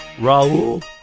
Raul